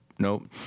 Nope